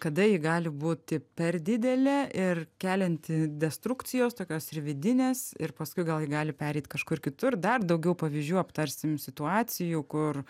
kada ji gali būti per didelė ir kelianti destrukcijos tokios ir vidinės ir paskui gal ji gali pereit kažkur kitur dar daugiau pavyzdžių aptarsim situacijų kur